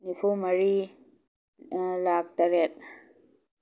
ꯅꯤꯐꯨ ꯃꯔꯤ ꯂꯥꯛ ꯇꯔꯦꯠ